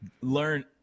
Learn